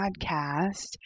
podcast